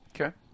Okay